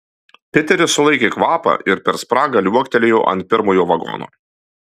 piteris sulaikė kvapą ir per spragą liuoktelėjo ant pirmojo vagono